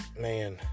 man